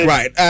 Right